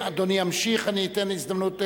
אדוני ימשיך, אני אתן הזדמנות.